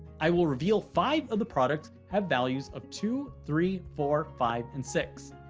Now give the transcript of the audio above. i will reveal five of the products have values of two, three, four, five and six.